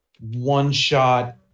one-shot